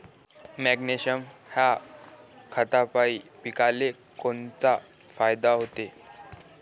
Magnesium ह्या खतापायी पिकाले कोनचा फायदा होते?